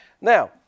Now